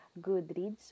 goodreads